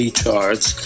charts